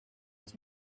was